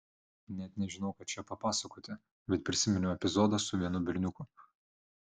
net nežinau ką čia pasakoti bet prisiminiau epizodą su vienu berniuku